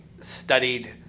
studied